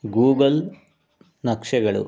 Google ನಕ್ಷೆಗಳು